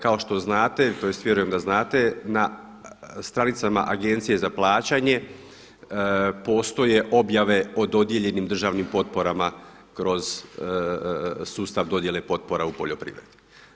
Kao što znate, tj. vjerujem da znate na stranicama Agencije za plaćanje postoje objave o dodijeljenim državnim potporama kroz sustav dodjele potpora u poljoprivredi.